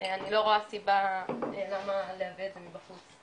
אני לא רואה סיבה למה לייבא את זה מבחוץ.